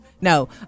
No